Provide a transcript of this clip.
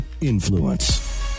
Influence